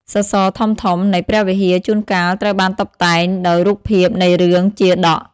សសរធំៗ នៃព្រះវិហារជួនកាលត្រូវបានតុបតែងដោយរូបភាពនៃរឿង ជាតក។